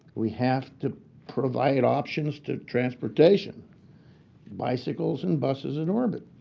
we have to provide options to transportation bicycles and buses in orbt.